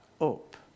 up